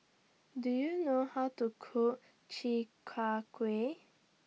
Do YOU know How to Cook Chi Kak Kuih